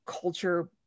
culture